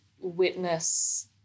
witness